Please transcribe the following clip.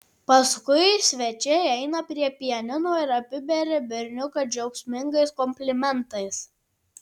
paskui svečiai eina prie pianino ir apiberia berniuką džiaugsmingais komplimentais